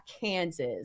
Kansas